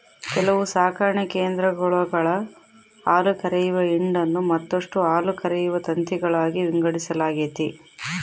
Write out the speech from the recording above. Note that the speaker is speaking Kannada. ಕೆಲವು ಸಾಕಣೆ ಕೇಂದ್ರಗುಳಾಗ ಹಾಲುಕರೆಯುವ ಹಿಂಡನ್ನು ಮತ್ತಷ್ಟು ಹಾಲುಕರೆಯುವ ತಂತಿಗಳಾಗಿ ವಿಂಗಡಿಸಲಾಗೆತೆ